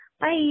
Bye